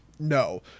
No